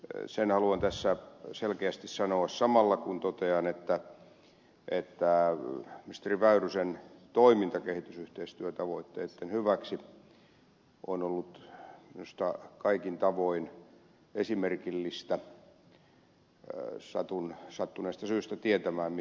sen haluan tässä selkeästi sanoa samalla kun totean että ministeri väyrysen toiminta kehitysyhteistyötavoitteitten hyväksi on ollut minusta kaikin tavoin esimerkillistä satun sattuneesta syystä tietämään mistä puhun